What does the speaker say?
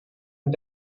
and